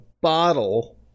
bottle